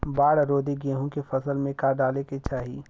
बाढ़ रोधी गेहूँ के फसल में का डाले के चाही?